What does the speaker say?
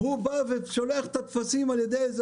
הוא בא ושולח את הטפסים על ידי איזה